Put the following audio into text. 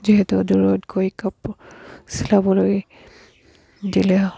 যিহেতু দূৰত গৈ কাপোৰ চিলাবলৈ দিলেও